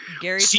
Gary